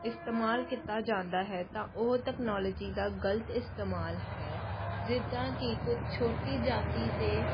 ਇਸਤੇਮਾਲ ਕੀਤਾ ਜਾਂਦਾ ਹੈ ਤਾਂ ਉਹ ਟੈਕਨੋਲੋਜੀ ਦਾ ਗਲਤ ਇਸਤੇਮਾਲ ਹੈ ਜਿੱਦਾਂ ਕਿ ਕੋਈ ਛੋਟੀ ਜਾਤੀ ਦੇ